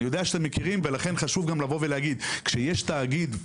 כשיש תאגיד,